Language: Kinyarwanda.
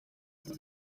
ngibi